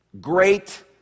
great